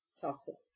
chocolate